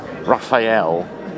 Raphael